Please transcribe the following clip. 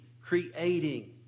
creating